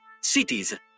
Cities